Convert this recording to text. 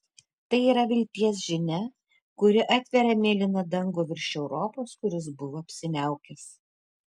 tai yra vilties žinia kuri atveria mėlyną dangų virš europos kuris buvo apsiniaukęs